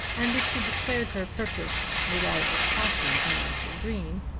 and if she declared her purpose, without a caution to mounser green,